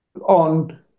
on